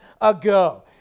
ago